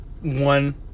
one